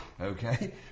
Okay